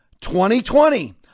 2020